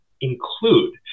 include